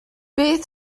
beth